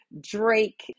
Drake